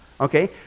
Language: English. Okay